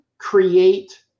create